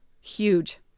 huge